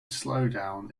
slowdown